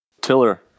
Tiller